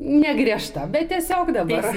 negriežta bet tiesiog dabar